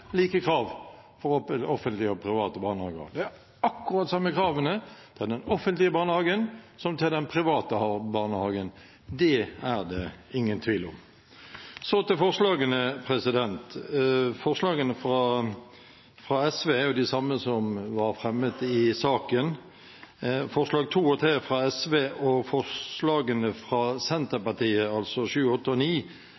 like krav til offentlige og private barnehager. Det er akkurat de samme kravene til den offentlige barnehagen som til den private barnehagen. Det er det ingen tvil om. Så til forslagene: Forslagene fra SV er de samme som var fremmet i saken. Forslagene nr. 2 og 3, fra SV, og forslagene fra